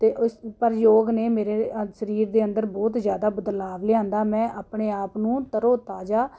ਅਤੇ ਉਸ ਪਰ ਯੋਗ ਨੇ ਮੇਰੇ ਸਰੀਰ ਦੇ ਅੰਦਰ ਬਹੁਤ ਜ਼ਿਆਦਾ ਬਦਲਾਵ ਲਿਆਉਂਦਾ ਮੈਂ ਆਪਣੇ ਆਪ ਨੂੰ ਤਰੋ ਤਾਜ਼ਾ